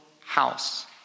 house